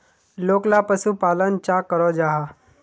लोकला पशुपालन चाँ करो जाहा?